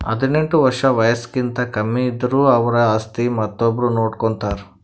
ಹದಿನೆಂಟ್ ವರ್ಷ್ ವಯಸ್ಸ್ಕಿಂತ ಕಮ್ಮಿ ಇದ್ದುರ್ ಅವ್ರ ಆಸ್ತಿ ಮತ್ತೊಬ್ರು ನೋಡ್ಕೋತಾರ್